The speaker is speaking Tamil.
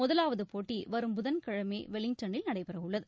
முதலாவது போட்டி வரும் புதன்கிழமை வெலிங்டனில் நடைபெறவுள்ளது